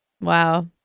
Wow